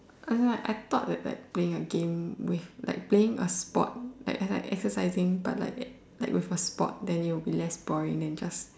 as in like I thought that like playing a game with like playing a sport is like exercising but like with a sport then it will be less boring then just